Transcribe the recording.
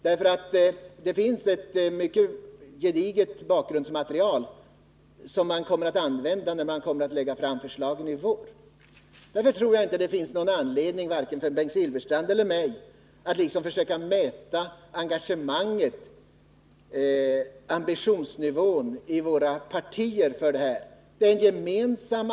Det finns nämligen ett mycket gediget bakgrundsmaterial som man kommer att använda när man i vår lägger fram förslagen. Därför tror jag att det inte finns någon anledning, varken för Bengt Silfverstrand eller mig, att försöka mäta engagemanget och ambitionsnivån i våra partier när det gäller denna fråga.